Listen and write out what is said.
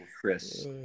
Chris